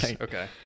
Okay